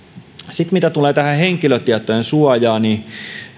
sitten mitä tulee tähän henkilötietojen suojaan niin